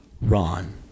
Ron